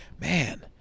man